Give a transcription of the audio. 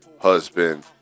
husband